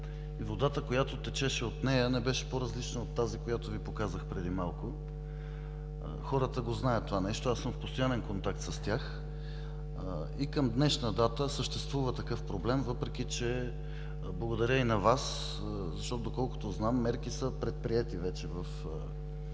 водата, която течеше от нея, не беше по-различна от тази, която Ви показах преди малко. Хората знаят това. Аз съм в постоянен контакт с тях. И към днешна дата съществува такъв проблем, въпреки че благодарение на Вас, доколкото знам, мерки по този въпрос вече са